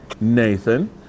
Nathan